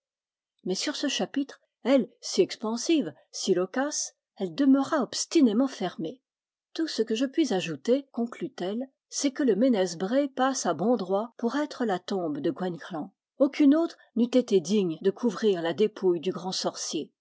mais sur ce chapitre elle si expansive si loquace elle demeura obstinément fermée tout ce que je puis ajouter conclut elle c'est que le ménez bré passe à bon droit pour être la tombe de gwenc'hlan aucune autre n'eût été digne de couvrir la dépouille du grand sorcier